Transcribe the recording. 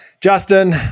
Justin